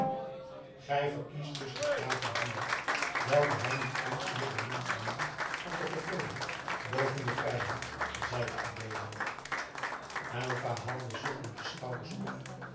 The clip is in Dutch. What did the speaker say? gij verkiest dus des graven boeien welke hij niet eens meer de moeite neemt van te vergulden boven de vrijheid zeide adeelen aylva haalde zuchtend de schouders op